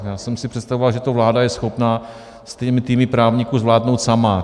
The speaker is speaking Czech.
Já jsem si představoval, že to vláda je schopna se svými týmy právníků zvládnout sama.